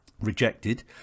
rejected